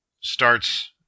starts